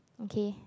okay